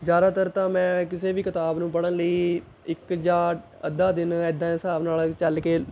ਜ਼ਿਆਦਾਤਰ ਤਾਂ ਮੈਂ ਕਿਸੇ ਵੀ ਕਿਤਾਬ ਨੂੰ ਪੜਣ ਲਈ ਇੱਕ ਜਾਂ ਅੱਧਾ ਦਿਨ ਇੱਦਾਂ ਦੇ ਹਿਸਾਬ ਨਾਲ ਚੱਲ ਕੇ